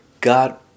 God